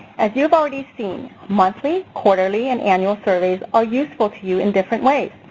as you've already seen, monthly, quarterly and annual surveys are useful to you in different ways.